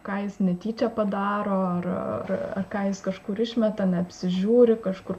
ką jis netyčia padaro ar ar ką jis kažkur išmeta neapsižiūri kažkur